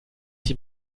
die